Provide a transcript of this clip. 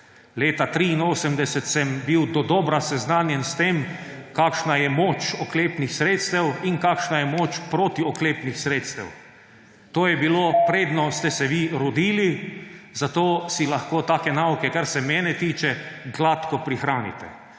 Leta 1983 sem bil dodobra seznanjen s tem, kakšna je moč oklepnih sredstev in kakšna je moč protioklepnih sredstev. To je bilo, predno ste se vi rodili. Zato si lahko take nauke, kar se mene tiče, gladko prihranite.